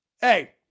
hey